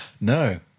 No